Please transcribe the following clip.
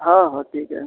हो हो ठीक आहे